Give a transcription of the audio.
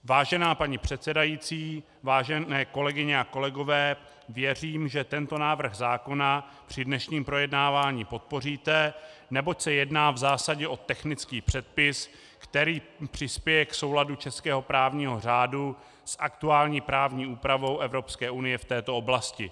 Vážená paní předsedající, vážené kolegyně a kolegové, věřím, že tento návrh zákona při dnešním projednávání podpoříte, neboť se jedná v zásadě o technický předpis, který přispěje k souladu českého právního řádu s aktuální právní úpravou EU v této oblasti.